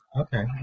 Okay